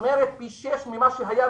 פי שישה ממה ששילם